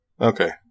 Okay